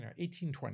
1820